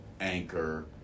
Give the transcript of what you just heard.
Anchor